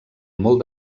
molt